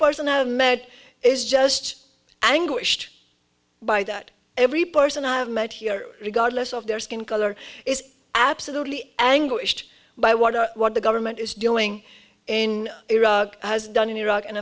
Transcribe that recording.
person i met is just anguished by that every person i've met here regardless of their skin color is absolutely anguished by what what the government is doing in iraq has done in iraq and